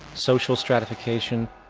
social stratification,